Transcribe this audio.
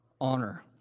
Honor